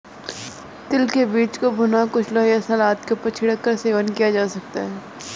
तिल के बीज को भुना, कुचला या सलाद के ऊपर छिड़क कर सेवन किया जा सकता है